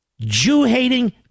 Jew-hating